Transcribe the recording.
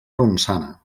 ronçana